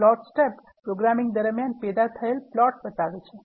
Plots tab programming દરમિયાન પેદા થયેલ પ્લોટ બતાવે છે